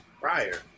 prior